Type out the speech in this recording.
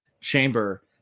chamber